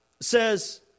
says